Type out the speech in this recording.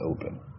open